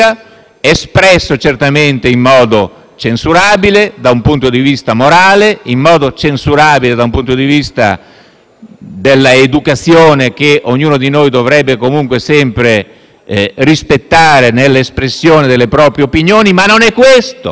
espresso certamente in modo censurabile da un punto di vista morale e in modo censurabile dal punto di vista dell'educazione che ognuno di noi dovrebbe sempre rispettare nell'espressione delle proprie opinioni, ma non è questo